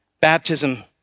baptism